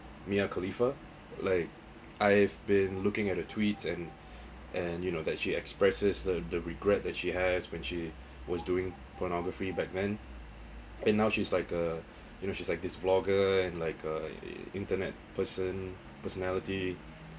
mia khalifa like I've been looking at a tweet and and you know that she expresses the the regret that she has when she was doing pornography back then and now she's like uh you know she's like this vlogger and like uh a internet person personality